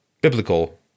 biblical